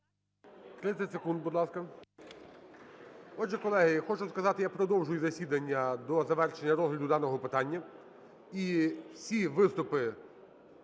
30 секунд, будь ласка. Отже, колеги, я хочу сказати, я продовжую засідання до завершення розгляду даного питання, і всі виступи